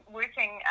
working